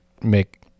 make